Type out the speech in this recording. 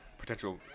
potential